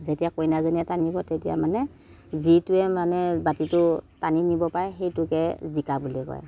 যেতিয়া কইনাজনীয়ে টানিব তেতিয়া মানে যিটোৱে মানে বাতিটো টানি নিব পাৰে সেইটোকে জিকা বুলি কয়